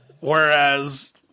Whereas